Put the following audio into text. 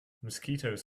mosquitoes